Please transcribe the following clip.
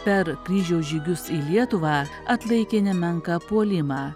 per kryžiaus žygius į lietuvą atlaikė nemenką puolimą